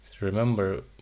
remember